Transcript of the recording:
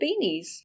beanies